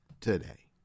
today